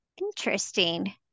Interesting